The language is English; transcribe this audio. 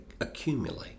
accumulate